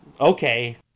okay